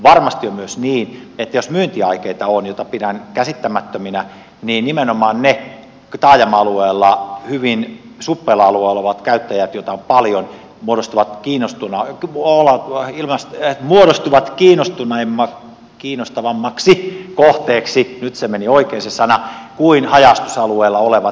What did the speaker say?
varmasti on myös niin että jos myyntiaikeita on joita pidän käsittämättöminä niin nimenomaan ne taajama alueella hyvin suppealla alueella olevat käyttäjät joita on paljon muodostuvat kiinnostavammaksi kohteeksi nyt se meni oikein se sana kuin haja asutusalueella olevat